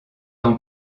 ans